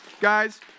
Guys